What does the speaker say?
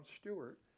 Stewart